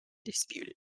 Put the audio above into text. disputed